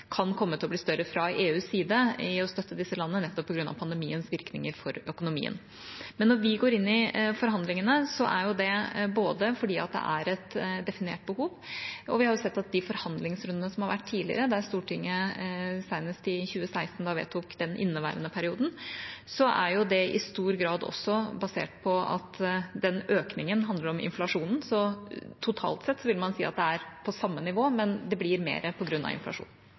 kan komme til å bli større, fra EUs side, for å støtte disse landene, nettopp på grunn av pandemiens virkninger for økonomien. Men når vi går inn i forhandlingene, er det fordi det er et definert behov, og vi har jo sett at i de forhandlingsrundene som har vært tidligere, der Stortinget senest i 2016 vedtok den inneværende perioden, er det i stor grad også basert på at den økningen handler om inflasjon. Så totalt sett vil man si at det er på samme nivå, men det blir